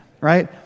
Right